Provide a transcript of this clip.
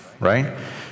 right